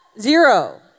Zero